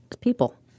people